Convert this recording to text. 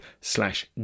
slash